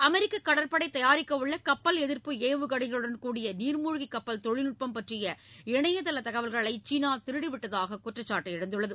அமெரிக்க கடற்படை தயாரிக்கவுள்ள கப்பல் எதிர்ப்பு ஏவுகணைகளுடன் கூடிய நீர்மூழ்கிக் கப்பல் தொழில்நுட்பம் பற்றிய இணைய தள தகவல்களை சீனா திருடிவிட்டதாக குற்றச்சாட்டு எழுந்துள்ளது